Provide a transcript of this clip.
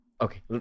okay